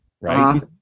right